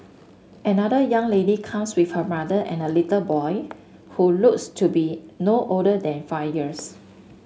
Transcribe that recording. another young lady comes with her mother and a little boy who looks to be no older than five years